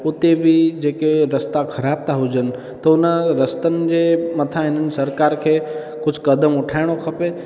उते बि जेके रस्ता ख़राब था हुजनि त उन रस्तनि जे मथां इन सरकार खे कुझु क़दम उठाइणो खपे